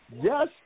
Yes